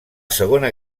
segona